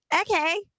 Okay